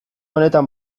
honetan